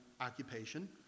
occupation